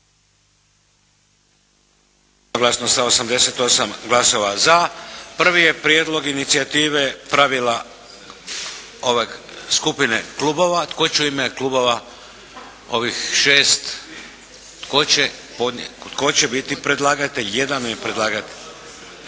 Jednoglasno sa 88 glasova za. Prvi je prijedlog inicijative pravile ove skupine klubova. Tko će u ime klubova ovih 6, tko će biti predlagatelj, jedan je predlagatelj?